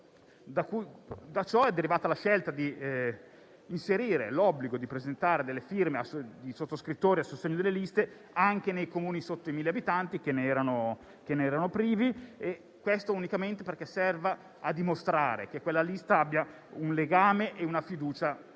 Da ciò è derivata la scelta di inserire l'obbligo di presentare le firme dei sottoscrittori a sostegno delle liste anche nei Comuni sotto i 1.000 abitanti, che ne erano privi, unicamente perché serva a dimostrare che quella lista abbia un legame e una fiducia con